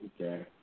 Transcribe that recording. Okay